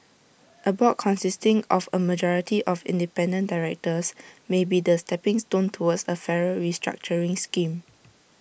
A board consisting of A majority of independent directors may be the stepping stone towards A fairer restructuring scheme